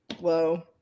whoa